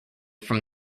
from